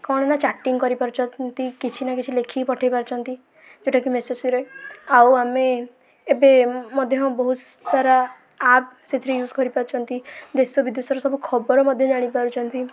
କଣ ନା ଚାଟିଙ୍ଗ୍ କରିପାରୁଛନ୍ତି କିଛି ନା କିଛି ଲେଖିକି ପଠେଇ ପାରୁଛନ୍ତି ଯୋଉଟା କି ମେସେଜ୍ ରେ ଆଉ ଆମେ ଏବେ ମଧ୍ୟ ବହୁତସାରା ଆପ୍ ସେଥିରେ ୟୁଜ୍ କରିପାରୁଛନ୍ତି ଦେଶ ବିଦେଶର ସବୁ ଖବର ମଧ୍ୟ ଜାଣିପାରୁଛନ୍ତି